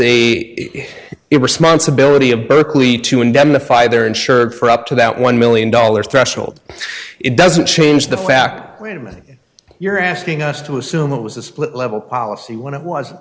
it responsibility of berkeley to indemnify they're insured for up to that one million dollars threshold it doesn't change the fact wait a minute you're asking us to assume it was a split level policy when it was